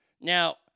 Now